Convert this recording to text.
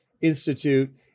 Institute